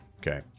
Okay